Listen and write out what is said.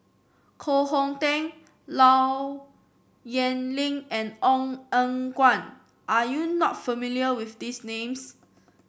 Koh Hong Teng Low Yen Ling and Ong Eng Guan are you not familiar with these names